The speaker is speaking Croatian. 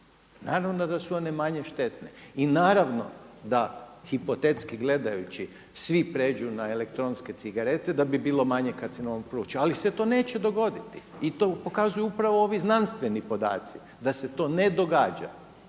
naravno da su one manje štetne i naravno da hipotetski gledajući svi pređu na elektronske cigarete da bi bilo manje karcinoma pluća, ali se to neće dogoditi i to pokazuju upravo ovi znanstveni podaci da se to ne događa,